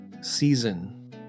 season